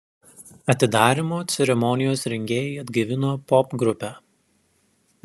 atidarymo ceremonijos rengėjai atgaivino popgrupę